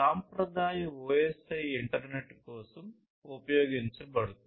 సాంప్రదాయ OSI internet కోసం ఉపయోగించబడుతుంది